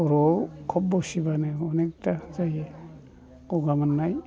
खर' आव खब बसिबानो अनेखथा जायो गगा मोननाय